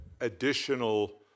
additional